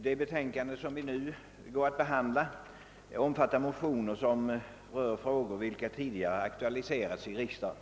Herr talman! I det föreliggande betänkandet behandlas motioner i frågor som tidigare aktualiserats i riksdagen.